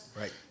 Right